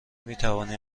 میتوانی